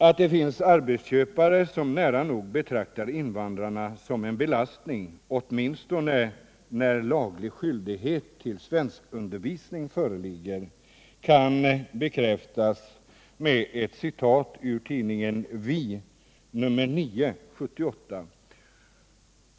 Att det finns arbetsköpare som nära nog betraktar invandrare som en belastning — åtminstone när laglig skyldighet till svenskundervisning föreligger — kan bekräftas med ett citat ur tidningen Vi, nr 9 år 1978.